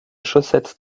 chaussettes